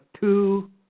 two